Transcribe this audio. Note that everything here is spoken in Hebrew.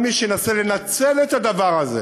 כל מי שינסה לנצל את הדבר הזה